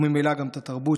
וממילא גם את התרבות,